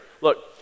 Look